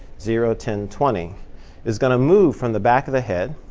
zero, ten, twenty is going to move from the back of the head